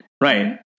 Right